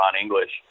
English